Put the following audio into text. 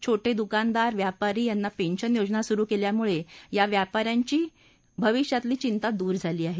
छोटे दुकानदार व्यापारी यांना पेन्शन योजना सुरु केल्यामुळे या व्यापा यांची भविष्यातील थिंता दूर झाली आहे